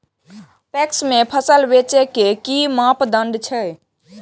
PACS में फसल बेचे के कि मापदंड छै?